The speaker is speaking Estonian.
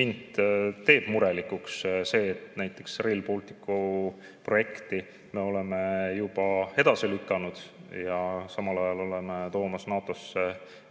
Mind teeb murelikuks see, et näiteks Rail Balticu projekti me oleme juba edasi lükanud ja samal ajal oleme toomas NATO‑sse